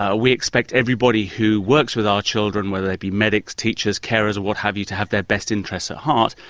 ah we expect everyone who works with our children, whether they be medics, teachers, carers or what have you to have their best interests at heart.